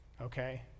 Okay